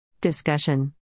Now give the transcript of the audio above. Discussion